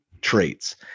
traits